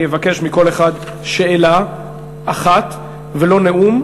אני אבקש מכל אחד שאלה אחת ולא נאום.